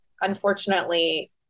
unfortunately